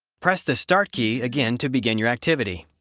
press the start key again to begin your activity.